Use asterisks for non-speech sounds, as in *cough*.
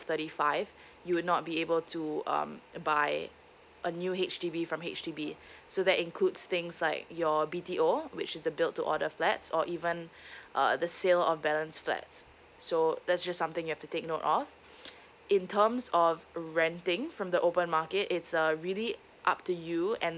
thirty five you would not be able to um uh buy a new H_D_B from H_D_B so that includes things like your B_T_O which is the built to order flats or even uh the sale of balance flats so that's just something you have to take note of *breath* in terms of renting from the open market it's uh really up to you and